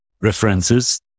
references